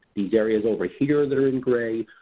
these areas over here that are in gray,